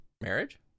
Marriage